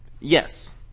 Yes